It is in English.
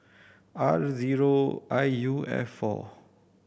R zero I U F four